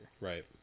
right